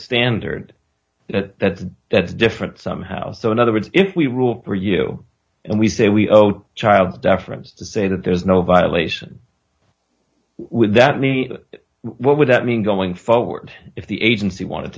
standard that that's different somehow so in other words if we rule for you and we say we own child deference to say that there's no violation without me what would that mean going forward if the agency wanted